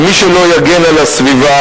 ומי שלא יגן על הסביבה,